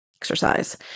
exercise